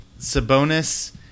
sabonis